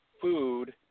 food